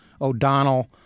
O'Donnell